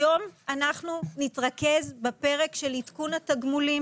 היום אנחנו נתרכז בפרק של עדכון התגמולים